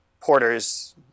porters